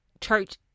church